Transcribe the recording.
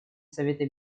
совета